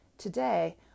Today